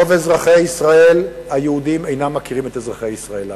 רוב אזרחי ישראל היהודים אינם מכירים את אזרחי ישראל הערבים.